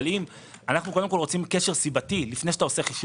אבל אנחנו קודם כול רוצים קשר סיבתי עוד לפני החישוב.